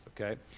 okay